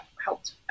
helped